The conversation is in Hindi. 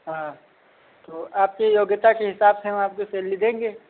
हाँ तो आपके योग्यता के हिसाब से हम आपको सैलरी देंगे